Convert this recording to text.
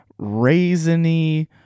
raisiny